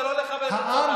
זה לא רצון העם.